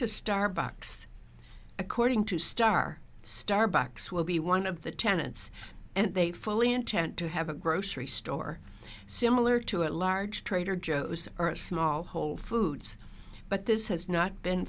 to starbucks according to starr starbucks will be one of the tenants and they fully intend to have a grocery store similar to a large trader joe's or a small whole foods but this has not been